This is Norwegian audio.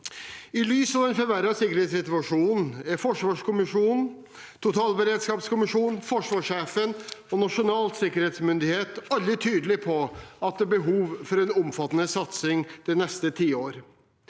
I lys av den forverrede sikkerhetssituasjonen er forsvarskommisjonen, totalberedskapskommisjonen, forsvarssjefen og Nasjonal sikkerhetsmyndighet alle tydelig på at det er behov for en omfattende satsing det neste tiåret.